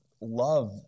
love